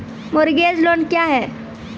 Mortgage loan क्या है?